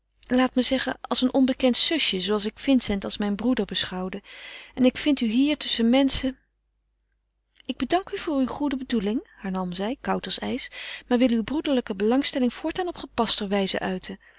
laat me zeggen als een onbekend zusje zooals ik vincent als mijn broêr beschouwde en ik vind u hier tusschen menschen ik dank u voor uwe goede bedoeling hernam zij koud als ijs maar wil uw broederlijke belangstelling voortaan op gepaster wijze uiten